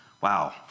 Wow